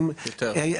יותר.